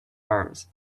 arms